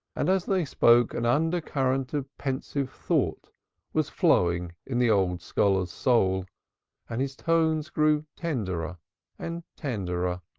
and as they spoke, an undercurrent of pensive thought was flowing in the old scholar's soul and his tones grew tenderer and tenderer.